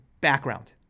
background